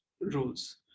rules